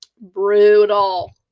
brutal